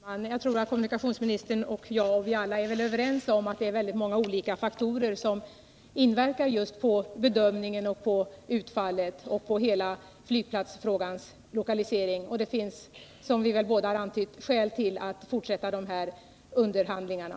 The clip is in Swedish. Herr talman! Jag tror att kommunikationsministern och jag — ja, vi alla — är överens om att väldigt många olika faktorer inverkar på bedömningen av hela frågan om lokaliseringen av flygplatsen. Och det finns, som vi båda antytt, skäl att fortsätta underhandlingarna.